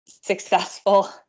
successful